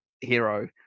hero